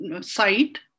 site